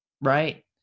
Right